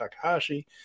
Takahashi